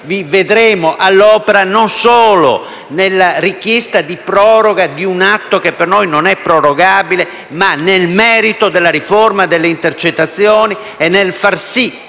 vi vedremo allora all'opera non solo nella richiesta di proroga di un atto che per noi non è prorogabile, ma nel merito della riforma delle intercettazioni e nel far sì